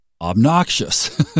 obnoxious